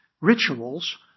rituals